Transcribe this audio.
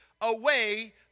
away